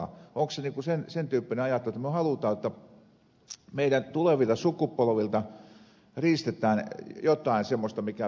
onko se sen tyyppinen ajattelu että me haluamme että meidän tulevilta sukupolvilta riistetään jotain semmoista mikä pitäisi jättää heillekin